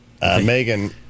Megan